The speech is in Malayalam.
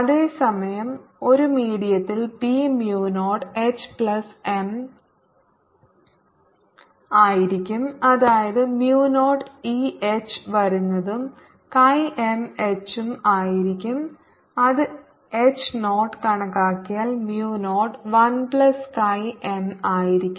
അതേസമയം ഒരു മീഡിയത്തിൽ B mu 0 H plus m ആയിരിക്കും അതായത് mu 0 ഈ H വരുന്നതും Chi m H ഉം ആയിരിക്കും അത് എച്ച് 0 കണക്കാക്കിയാൽ mu 0 1 പ്ലസ് Chi m ആയിരിക്കും